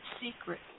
secret